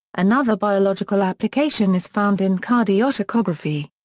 another biological application is found in cardiotocography.